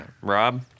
Rob